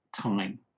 time